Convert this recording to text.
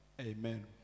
Amen